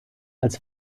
als